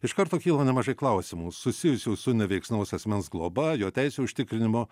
iš karto kyla nemažai klausimų susijusių su neveiksnaus asmens globa jo teisių užtikrinimo